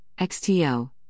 XTO